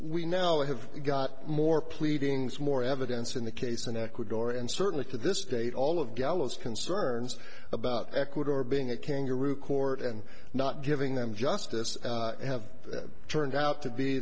we now have got more pleadings more evidence in the case in ecuador and certainly to this date all of galahs concerns about ecuador being a kangaroo court and not giving them justice have turned out to be